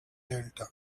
delta